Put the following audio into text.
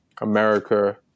America